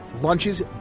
Lunches